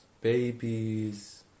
babies